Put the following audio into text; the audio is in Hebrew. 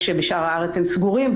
כשבשאר הארץ הם סגורים,